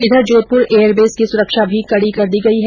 इधर जोधपुर एयरबेस की सुरक्षा भी कड़ी कर दी गई है